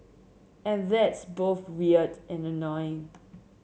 and that's both weird and annoying